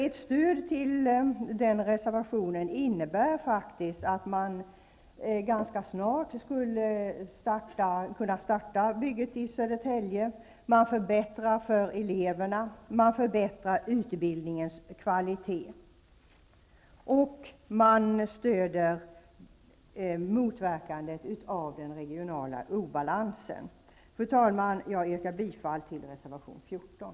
Ett stöd till den reservationen innebär faktiskt att man ganska snart skulle kunna starta bygget i Södertälje. Man förbättrar för eleverna, man förbättrar utbildningens kvalitet och man stöder motverkandet av den regionala obalansen. Fru talman! Jag yrkar bifall till reservation 14.